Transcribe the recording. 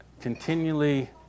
continually